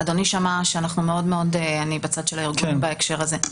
אני בצד של הארגונים בהקשר הזה.